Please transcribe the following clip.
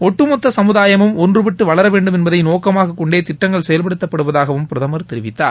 ஒட்டுமொத்த சமுதாயமும் ஒன்றுபட்டு வளர வேண்டும் என்பதை நோக்கமாக கொண்டே திட்டங்கள் செயல்படுத்தப்படுவதாகவும் பிரதமர் தெரிவித்தார்